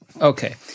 Okay